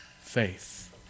faith